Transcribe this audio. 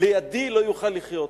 לידי לא יוכל לחיות.